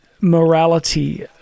morality